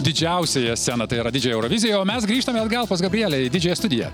didžiausiąją sceną tai yra didžiąją euroviziją o mes grįžtame atgal pas gabrielę į didžiąją studiją